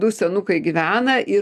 du senukai gyvena ir